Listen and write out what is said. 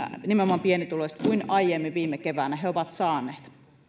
nimenomaan pienituloiset kuin aiemmin viime keväänä he ovat saaneet